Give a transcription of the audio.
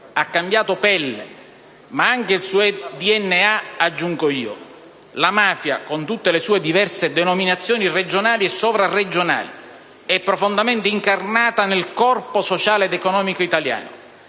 ha cambiato pelle, ma anche DNA, aggiungo io. La mafia con tutte le sue diverse denominazioni regionali e sovraregionali è profondamente incarnata nel corpo sociale ed economico italiano,